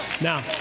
Now